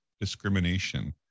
discrimination